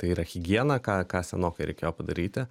tai yra higiena ką ką senokai reikėjo padaryti